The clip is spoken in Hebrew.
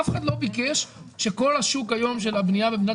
אף אחד לא ביקש שכל השוק היום של הבנייה במדינת